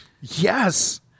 Yes